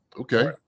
Okay